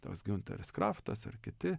toks giunteris kraftas ar kiti